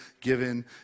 given